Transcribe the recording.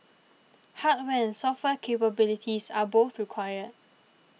hardware and software capabilities are both required